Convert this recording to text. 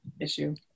issue